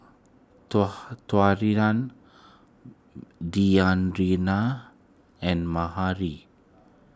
Taurean Deyanira and